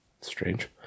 Strange